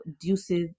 Deuces